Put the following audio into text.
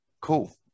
Cool